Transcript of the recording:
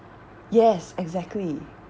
yes exactly